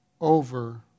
over